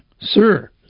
Sir